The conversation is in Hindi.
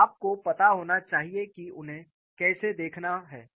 तो आपको पता होना चाहिए कि उन्हें कैसे देखना है